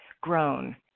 grown